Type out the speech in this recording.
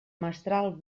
mestral